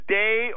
day